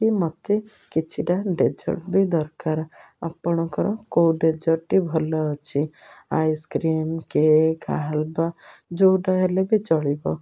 କି ମୋତେ କିଛିଟା ଡେଜର୍ଟ ବି ଦରକାର ଆପଣଙ୍କର କେଉଁ ଡେଜର୍ଟଟି ଭଲ ଅଛି ଆଇସ୍କ୍ରିମ୍ କେକ୍ ହାଲବା ଯେଉଁଟା ହେଲେ ବି ଚଳିବ